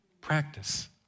Practice